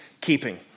keeping